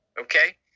Okay